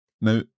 Now